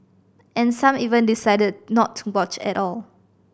and some even decided not to watch at all